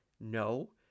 no